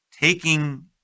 taking